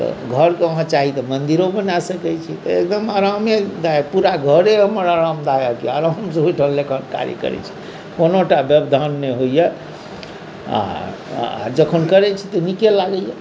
तऽ घरकेँ अहाँ चाही तऽ मन्दिरो बना सकैत छी तऽ एकदम आरामे दायक पूरा घरे हमर आरामदायक यए आरामसँ ओहिठाम लेखन कार्य करैत छी कोनो टा व्यवधान नहि होइए आ जखन करैत छी तऽ नीके लागैए